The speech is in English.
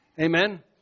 Amen